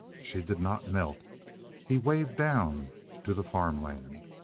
she did not melt he waved down to the farm land.